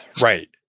right